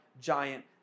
giant